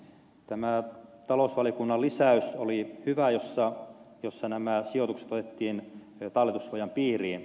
tämä talousvaliokunnan lisäys oli hyvä jossa nämä sijoitukset otettiin talletussuojan piiriin